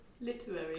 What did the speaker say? literary